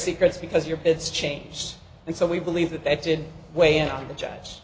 secrets because you're it's changed and so we believe that they did weigh in on the judge